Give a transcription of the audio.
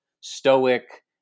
stoic